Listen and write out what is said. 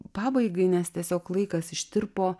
pabaigai nes tiesiog laikas ištirpo